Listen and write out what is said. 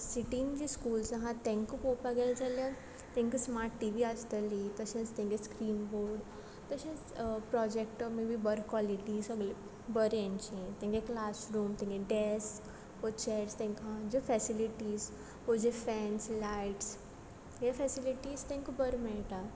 सिटींत जीं स्कुल्स आहा तेंकां पोवपाक गेल जाल्यार तेंकां स्मार्ट टीव्ही आसतली तशेंच तेंगे स्क्रीन बोर्ड तशेंच प्रोजेक्टर मे बी बरें कॉलिटी सगळें बरें हेंचें तेंगे क्लासरूम तेंगे डॅस्क वो चेर्स तेंकां तेंच्यो फेसिलिटीस वो जे फेन्स लायट्स ह्यो फेसिलिटीज तेंकां बरें मेळटा